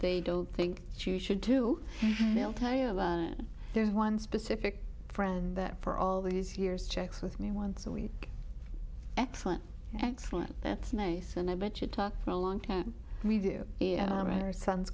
they don't think she should do they'll tell you there's one specific friend that for all these years checks with me once a week excellent excellent that's nice and i bet you talk for a long time we do sons